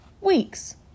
Weeks